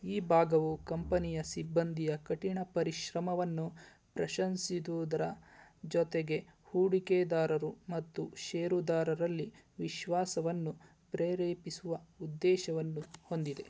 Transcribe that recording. ಈ ಭಾಗವು ಕಂಪನಿಯ ಸಿಬ್ಬಂದಿಯ ಕಠಿಣ ಪರಿಶ್ರಮವನ್ನು ಪ್ರಶಂಸಿಸೊದರ ಜೊತೆಗೆ ಹೂಡಿಕೆದಾರರು ಮತ್ತು ಷೇರುದಾರರಲ್ಲಿ ವಿಶ್ವಾಸವನ್ನು ಪ್ರೇರೇಪಿಸುವ ಉದ್ದೇಶವನ್ನು ಹೊಂದಿದೆ